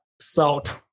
salt